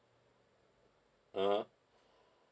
(uh huh)